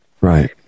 Right